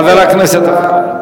חבר הכנסת אפללו.